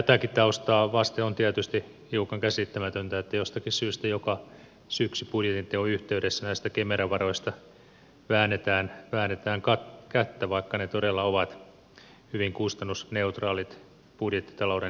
tätäkin taustaa vasten on tietysti hiukan käsittämätöntä että jostakin syystä joka syksy budjetin teon yhteydessä näistä kemera varoista väännetään kättä vaikka ne todella ovat hyvin kustannusneutraalit budjettitalouden näkökulmasta